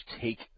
take